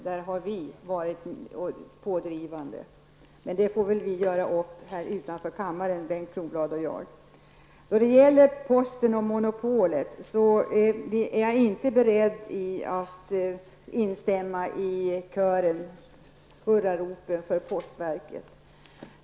Där har vi varit pådrivande. Men detta får vi väl göra upp här utanför kammaren, Bengt När det gäller Posten och monopolet är jag inte beredd att instämma i kören av hurrarop för postverket.